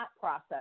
process